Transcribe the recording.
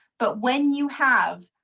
but when you have